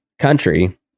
country